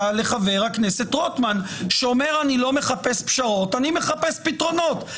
לחבר הכנסת רוטמן שאומר אני לא מחפש פשרות אלא אני מחפש פתרונות.